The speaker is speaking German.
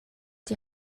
die